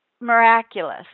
miraculous